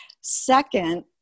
Second